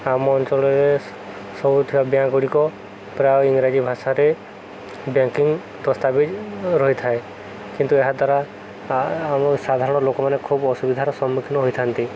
ଆମ ଅଞ୍ଚଳରେ ସବୁଥିବା ବ୍ୟାଙ୍କ ଗୁଡ଼ିକ ପ୍ରାୟ ଇଂରାଜୀ ଭାଷାରେ ବ୍ୟାଙ୍କିଂ ଦସ୍ତାବିଜ ରହିଥାଏ କିନ୍ତୁ ଏହାଦ୍ୱାରା ଆମ ସାଧାରଣ ଲୋକମାନେ ଖୁବ ଅସୁବିଧାର ସମ୍ମୁଖୀନ ହୋଇଥାନ୍ତି